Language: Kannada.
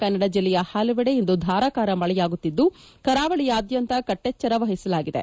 ಕನ್ನಡ ಜಿಲ್ಲೆಯ ಹಲವೆಡೆ ಇಂದು ಧಾರಾಕಾರ ಮಳೆಯಾಗುತ್ತಿದ್ದು ಕರಾವಳಿಯಾದ್ಯಂತ ದಕ್ಷಿಣ ಕಟ್ಸೆಚ್ಚರವಹಿಸಲಾಗಿದೆ